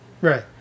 Right